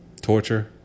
torture